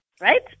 right